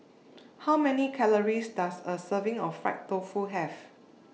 How Many Calories Does A Serving of Fried Tofu Have